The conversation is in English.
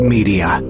Media